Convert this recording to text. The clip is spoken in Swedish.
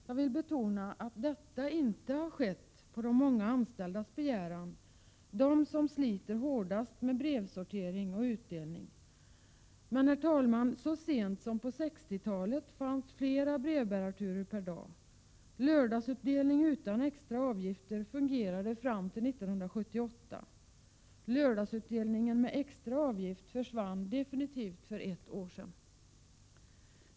Jag vill betona att detta inte har skett på de många anställdas begäran — de som sliter hårdast med brevsortering och utdelning. Men, herr talman, så sent som på 1960-talet fanns flera brevbärarturer per dag. Lördagsutdelning, utan extra avgifter, fungerade fram till 1978. Lördagsutdelningen, med extra avgift, försvann definitivt för ett år sedan.